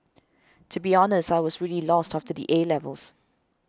to be honest I was really lost after the A levels